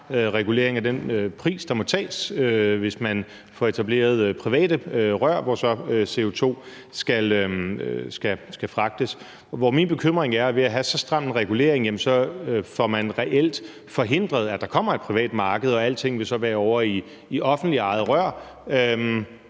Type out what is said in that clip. regulering af den pris, der må tages, hvis man får etableret private rør, hvor så CO2 skal fragtes igennem. Min bekymring er, at ved at have så stram en regulering får man reelt forhindret, at der kommer et privat marked, og alting vil så være ovre i offentligt ejede rør,